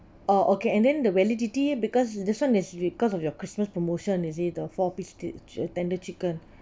orh okay and then the validity because this [one] is because of your christmas promotion is it the four piece t~ uh tender chicken